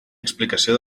explicació